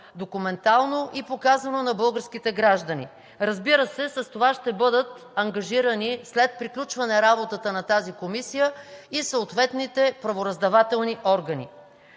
документално и показано на българските граждани. Разбира се, с това ще бъдат ангажирани, след приключване работата на тази комисия, и съответните правораздавателни органи.